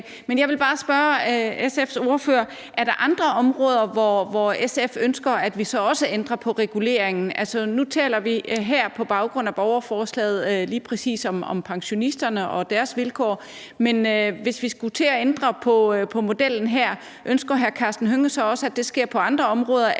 Men jeg vil bare spørge SF's ordfører: Er der andre områder, hvor SF ønsker, at vi så også ændrer på reguleringen? Altså, nu taler vi her på baggrund af borgerforslaget lige præcis om pensionisterne og deres vilkår, men hvis vi skulle til at ændre på modellen her, ønsker hr. Karsten Hønge så også, at det sker på andre områder,